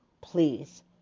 please